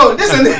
listen